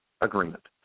agreement